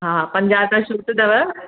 हा पंजाह रुपया छुट अथव